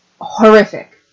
horrific